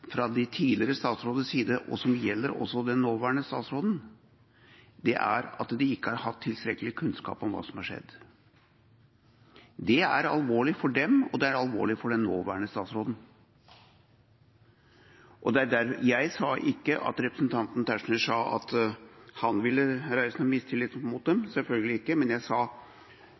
fra de tidligere statsråders side, og som også gjelder den nåværende statsråden, er at de ikke har hatt tilstrekkelig kunnskap om hva som har skjedd. Det er alvorlig for dem, og det er alvorlig for den nåværende statsråden. Jeg sa ikke at representanten Tetzschner sa at han ville reise noen mistillit mot dem, selvfølgelig ikke, men min kommentar var under henvisning til hans karakteristikk av hva representanten Eldegard sa. Det var det jeg